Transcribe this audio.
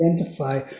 identify